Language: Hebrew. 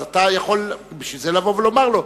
אז אתה יכול, בשביל זה, לבוא ולומר לו.